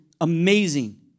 amazing